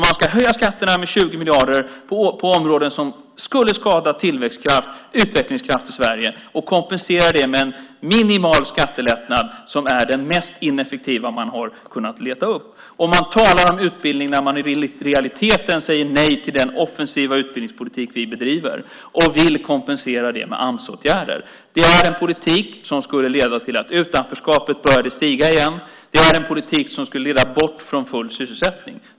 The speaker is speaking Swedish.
Man ska höja skatterna med 20 miljarder på områden som skulle skada tillväxtkraft och utvecklingskraft i Sverige och kompensera det med en minimal skattelättnad som är den mest ineffektiva man har kunnat leta upp. Man talar om utbildning när man i realiteten säger nej till den offensiva utbildningspolitik vi bedriver och vill kompensera det med Amsåtgärder. Det är en politik som skulle leda till att utanförskapet började öka igen. Det är en politik som skulle leda bort från full sysselsättning.